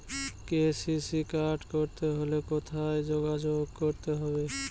KCC card করতে হলে কোথায় যোগাযোগ করতে হবে?